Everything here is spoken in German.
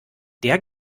der